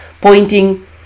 Pointing